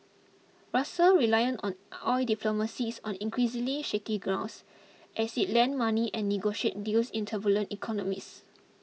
Russia rely on oil diplomacy is on increasingly shaky grounds as it lends money and negotiate deals in turbulent economies